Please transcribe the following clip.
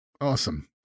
Awesome